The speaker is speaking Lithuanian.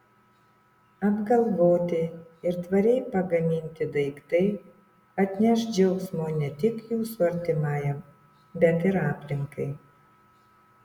apgalvoti ir tvariai pagaminti daiktai atneš džiaugsmo ne tik jūsų artimajam bet ir aplinkai